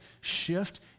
shift